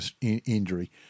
injury